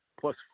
plus